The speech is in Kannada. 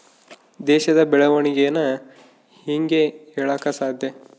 ದೇಶದ ಬೆಳೆವಣಿಗೆನ ಹೇಂಗೆ ಹೇಳಕ ಸಾಧ್ಯ?